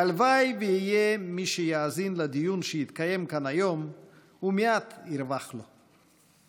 הלוואי שיהיה מי שיאזין לדיון שיתקיים כאן היום ומעט ירווח לו.